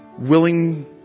willing